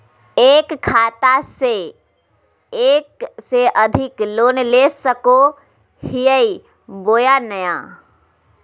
एक खाता से एक से अधिक लोन ले सको हियय बोया नय?